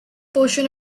portion